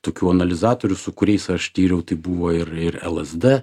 tokių analizatorių su kuriais aš tyriau tai buvo ir ir lsd